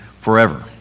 forever